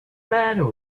matter